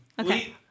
Okay